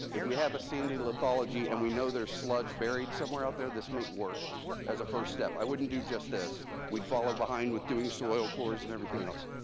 if we have a sandy lithology, and we know there's sludge buried somewhere out there, this might work as a first step. i wouldn't do just this, we'd follow behind with doing soil cores, and everything else.